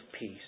peace